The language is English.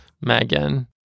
Megan